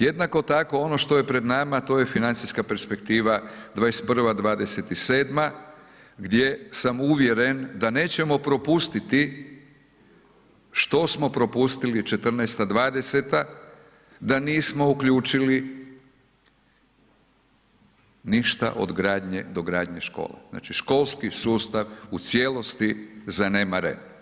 Jednako tako, ono što je pred nama to je financijska perspektiva '21.-'27. gdje sam uvjeren da nećemo propustiti što smo propustili '14.-'20., da nismo uključili ništa od gradnje do gradnje škola, znači školski sustav u cijelosti zanemare.